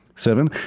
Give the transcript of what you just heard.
Seven